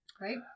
right